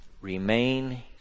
remain